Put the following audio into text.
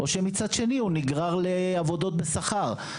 או שמצד שני הוא נגרר לעבודות בשכר,